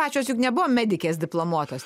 pačios juk nebuvo medikės diplomuotos